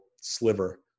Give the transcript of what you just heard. sliver